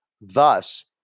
thus